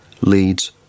leads